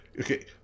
Okay